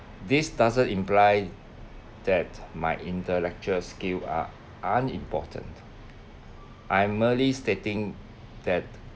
this doesn't imply that my intellectual skills are unimportant I'm merely stating that